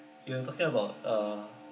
you are talking about uh